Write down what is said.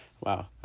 wow